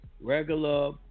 regular